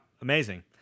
Amazing